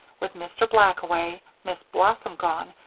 with mr. black away, miss blossom gone,